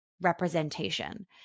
representation